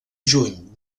juny